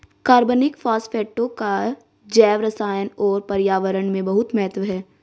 कार्बनिक फास्फेटों का जैवरसायन और पर्यावरण में बहुत महत्व है